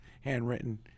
handwritten